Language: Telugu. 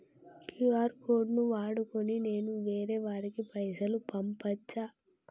క్యూ.ఆర్ కోడ్ ను వాడుకొని నేను వేరే వారికి పైసలు పంపచ్చా?